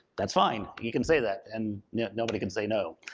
that's fine, you can say that, and yeah nobody can say no.